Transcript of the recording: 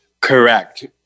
Correct